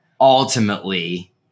Ultimately